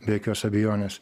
be jokios abejonės